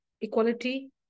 equality